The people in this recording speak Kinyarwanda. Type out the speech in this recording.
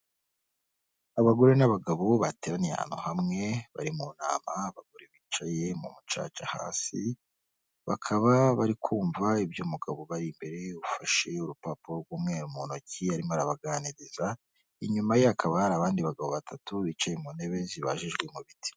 Abagore n'abagabo bateraniye ahantu hamwe bari mu nama, abagore bicaye mu caca hasi bakaba bari kumva ibyo umugabo ubari imbere ufashe urupapuro rw'umweru mu ntoki, arimo arabaganiriza, inyuma ye hakaba hari abandi bagabo batatu bicaye mu ntebe zibajijwe mu biti.